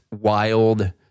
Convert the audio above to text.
wild